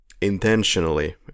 intentionally